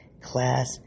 class